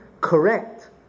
correct